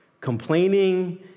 complaining